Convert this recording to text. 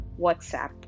whatsapp